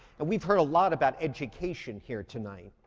and we've heard a lot about education here tonight.